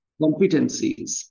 competencies